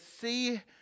See